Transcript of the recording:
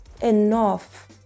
enough